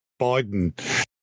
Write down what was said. Biden